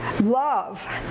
love